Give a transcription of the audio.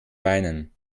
weinen